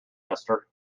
esther